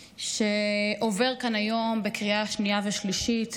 שעובר כאן היום בקריאה שנייה ושלישית,